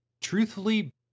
truthfully